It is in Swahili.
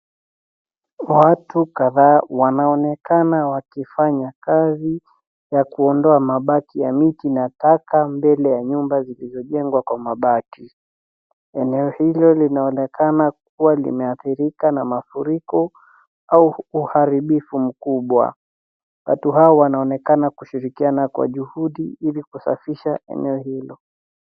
Watu kadhaa wanaonekana wakifanya kazi ya kuondoa mabaki ya miti na taka mbele ya nyumba zilizojengwa kwa mabati. Eneo hilo linaonekana kuwa limeathirika na mafuriko au uharibifu mkubwa . Watu hao wanaonekana kushirikiana kwa juhudu ili kusafisha eneo hilo.